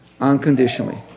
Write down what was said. unconditionally